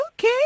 Okay